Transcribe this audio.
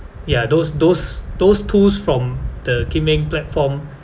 ya those those those tools from the kim eng platform